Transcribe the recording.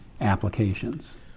applications